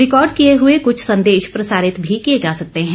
record किए हुए कुछ संदेश प्रसारित भी किए जा सकते हैं